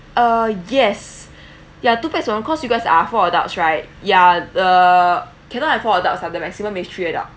uh yes ya two pax of course you guys are for adults right ya uh cannot have four adults ah the maximum three adults